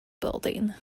building